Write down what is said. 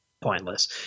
pointless